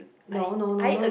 I I a~